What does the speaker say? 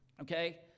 okay